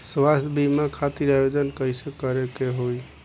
स्वास्थ्य बीमा खातिर आवेदन कइसे करे के होई?